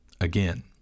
Again